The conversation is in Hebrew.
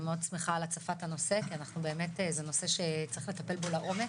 אני מאוד שמחה על הצפת הנושא כי זה נושא שצריך לטפל בו לעומק,